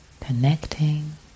connecting